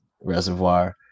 reservoir